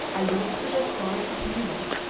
alludes to the story of milo